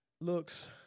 looks